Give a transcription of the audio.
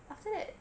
after that